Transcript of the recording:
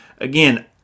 again